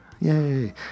Yay